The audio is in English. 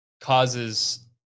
causes